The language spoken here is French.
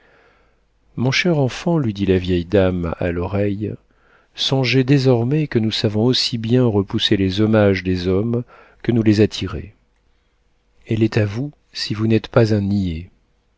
mon cher enfant lui dit la vieille femme à l'oreille songez désormais que nous savons aussi bien repousser les hommages des hommes que nous les attirer elle est à vous si vous n'êtes pas un niais